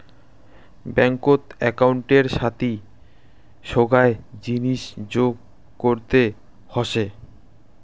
ব্যাঙ্কত একউন্টের সাথি সোগায় জিনিস যোগ করতে হসে